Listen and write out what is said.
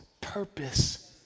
purpose